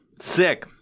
Sick